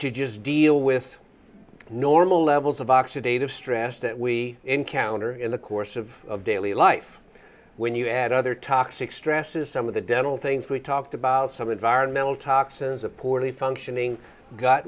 to just deal with normal levels of oxidative stress that we encounter in the course of daily life when you add other toxic stresses some of the dental things we talked about some environmental toxins a poorly functioning g